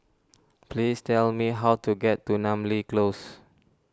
please tell me how to get to Namly Close